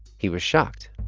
he was shocked.